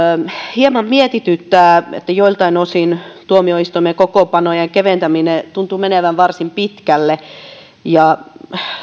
hieman mietityttää että joiltain osin tuomioistuimen kokoonpanojen keventäminen tuntuu menevän varsin pitkälle